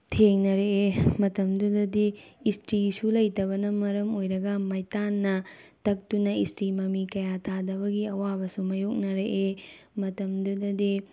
ꯊꯦꯡꯅꯔꯛꯑꯦ ꯃꯇꯝꯗꯨꯗꯗꯤ ꯏꯁꯇ꯭ꯔꯤꯁꯨ ꯂꯩꯇꯕꯅ ꯃꯔꯝ ꯑꯣꯏꯔꯒ ꯃꯩꯇꯥꯜꯅ ꯇꯛꯇꯨꯅ ꯏꯁꯇ꯭ꯔꯤ ꯃꯃꯤ ꯀꯌꯥ ꯇꯥꯗꯕꯒꯤ ꯑꯋꯥꯕꯁꯨ ꯃꯥꯏꯌꯣꯛꯅꯔꯛꯏ ꯃꯇꯝꯗꯨꯗꯗꯤ